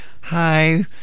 hi